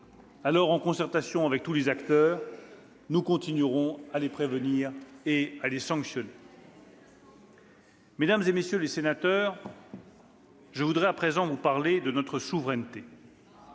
En concertation avec tous les acteurs, nous continuerons à les prévenir et à les sanctionner. « Mesdames, messieurs les sénateurs, je voudrais à présent vous parler de notre souveraineté.